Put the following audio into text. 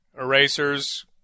erasers